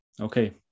okay